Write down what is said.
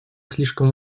слишком